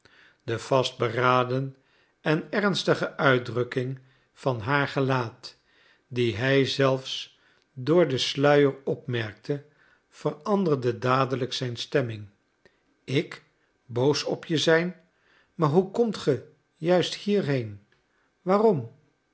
de vastberaden en ernstige uitdrukking van haar gelaat die hij zelfs door den sluier opmerkte veranderde dadelijk zijn stemming ik boos op je zijn maar hoe komt ge juist hierheen waarom